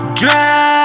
drag